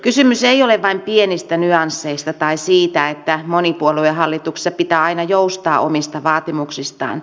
kysymys ei ole vain pienistä nyansseista tai siitä että monipuoluehallituksessa pitää aina joustaa omista vaatimuksistaan